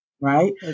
Right